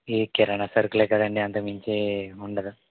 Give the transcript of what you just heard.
ఈ కిరాణా సరుకులే కదండీ అంతకు మించి ఏముండదు